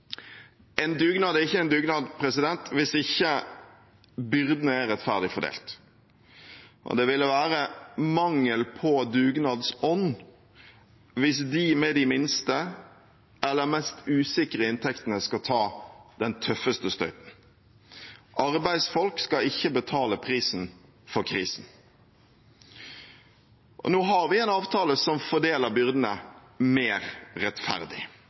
En dugnad er ikke en dugnad hvis ikke byrdene er rettferdig fordelt, og det ville være mangel på dugnadsånd hvis de med de minste eller mest usikre inntektene skulle ta den tøffeste støyten. Arbeidsfolk skal ikke betale prisen for krisen. Nå har vi en avtale som fordeler byrdene mer rettferdig.